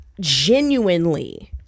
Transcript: genuinely